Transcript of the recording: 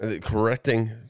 correcting